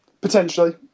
Potentially